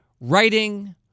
writing